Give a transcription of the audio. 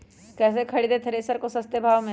कैसे खरीदे थ्रेसर को सस्ते भाव में?